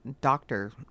doctor